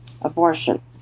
abortion